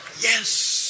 Yes